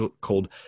called